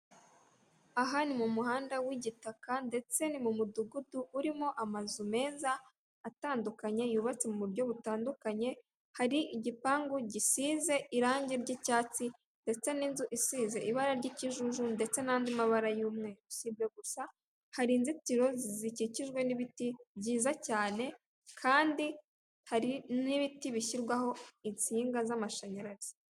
Aha ni mu muhanda w'igitaka, ndetse ni mu mudugudu urimo amazu meza atandukanye, yubatse mu buryo butandukanye, hari igipangu gisize irangi ry'icyatsi, ndetse n'inzu isize ibara ry'ikijuju ndetse n'andi mabara y'umweru. Si ibyo gusa hari inzitiro zikikijwe n'ibiti byiza cyane kandi hari n'ibiti bishyirwaho insinga z'amashanyarazi.